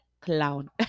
clown